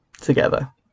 together